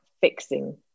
fixing